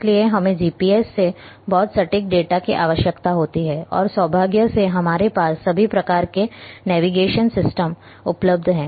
इसलिए हमें जीपीएस से बहुत सटीक डेटा की आवश्यकता होती है और सौभाग्य से हमारे पास सभी प्रकार के नेविगेशन सिस्टम उपलब्ध हैं